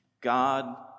God